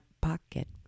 Pocket